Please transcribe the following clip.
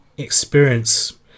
experience